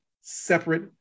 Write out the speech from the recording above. Separate